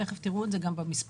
ותיכף תראו את זה גם במספרים,